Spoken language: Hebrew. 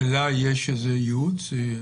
ולה יש איזה ייעוץ?